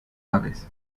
aves